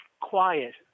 quiet